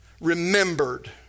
remembered